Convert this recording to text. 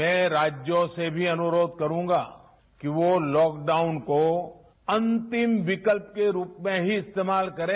मैं राज्यों से भी अनुरोध करुंगा कि वो लॉकडाउन को अंतिम विकल्प के रूप में ही इस्तेमाल करें